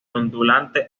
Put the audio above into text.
ondulante